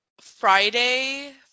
Friday